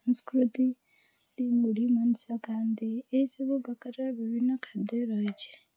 ସଂସ୍କୃତି ଟି ମୁଢ଼ି ମାଂସ ଖାଆନ୍ତି ଏସବୁ ପ୍ରକାରର ବିଭିନ୍ନ ଖାଦ୍ୟ ରହିଛି